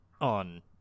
on